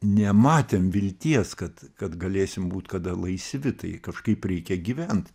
nematėm vilties kad kad galėsim būt kada laisvi tai kažkaip reikia gyvent